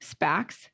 SPACs